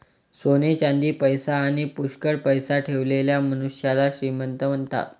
सोने चांदी, पैसा आणी पुष्कळ पैसा ठेवलेल्या मनुष्याला श्रीमंत म्हणतात